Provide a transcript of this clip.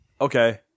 okay